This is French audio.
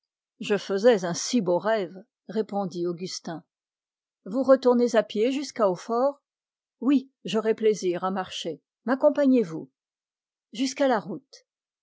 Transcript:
je faisais un si beau rêve vous retournez à pied jusqu'à hautfort oui j'aurai plaisir à marcher m'accompagnezvous jusqu'à la route